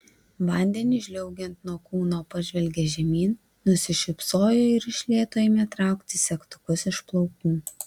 vandeniui žliaugiant nuo kūno pažvelgė žemyn nusišypsojo ir iš lėto ėmė traukti segtukus iš plaukų